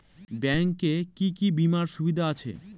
Bank এ কি কী বীমার সুবিধা আছে?